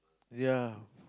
yeah